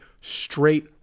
straight